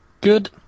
good